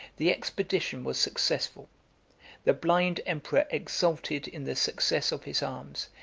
the expedition was successful the blind emperor exulted in the success of his arms,